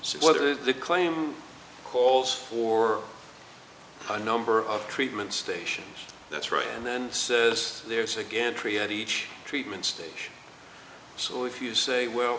whether the claim calls for a number of treatments stations that's right and then says there's again create each treatment stage so if you say well